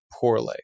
poorly